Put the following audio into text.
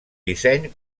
disseny